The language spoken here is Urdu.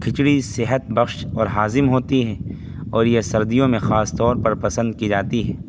کھچڑی صحت بخش اور ہاضم ہوتی ہیں اور یہ سردیوں میں خاص طور پر پسند کی جاتی ہے